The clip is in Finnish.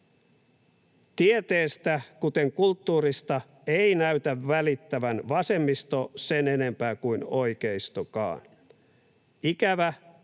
Tieteestä, kuten kulttuurista, ei näytä välittävän vasemmisto sen enempää kuin oikeistokaan. Ikävä, kovin